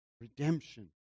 redemption